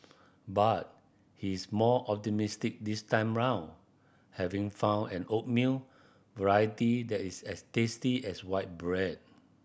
but he is more optimistic this time round having found an oatmeal variety that is as tasty as white bread